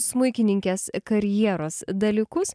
smuikininkės karjeros dalykus